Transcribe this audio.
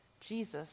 Jesus